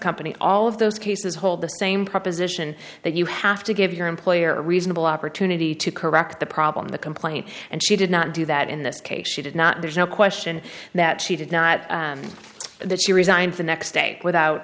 company all of those cases hold the same proposition that you have to give your employer a reasonable opportunity to correct the problem the complaint and she did not do that in this case she did not there's no question that she did not that she resigned the next day without